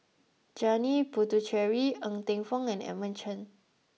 Janil Puthucheary Ng Teng Fong and Edmund Chen